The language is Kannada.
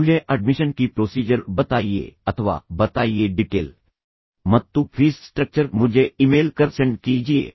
ಮುಝೆ ಅಡ್ಮಿಷನ್ ಕಿ ಪ್ರೊಸೀಜರ್ ಬತಾಯಿಯೇ ಅಥವಾ ಬತಾಯಿಯೇ ಡಿಟೇಲ್ ಮತ್ತು ಫೀಸ್ ಸ್ಟ್ರಕ್ಚರ್ ಮುಜೆ ಇಮೇಲ್ ಕರ್ ಸೆಂಡ್ ಕೀಜಿಯೇ